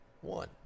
one